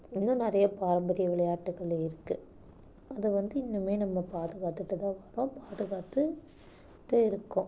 இன்னும் நிறையா பாரம்பரிய விளையாட்டுக்கள் இருக்குது அது வந்து இன்னுமே நம்ம பாதுகாத்துகிட்டு தான் வரோம் பாதுகாத்துகிட்டே இருக்கோம்